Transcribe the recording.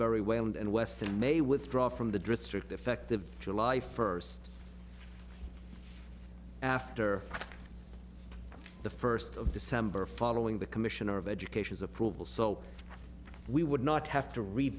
wayland and weston may withdraw from the district effective july first after the first of december following the commissioner of education's approval so we would not have to re